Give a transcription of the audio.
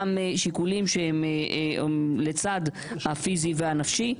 גם שיקולים שהם לצד הפיזי והנפשי,